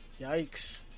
Yikes